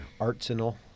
arsenal